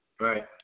Right